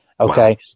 Okay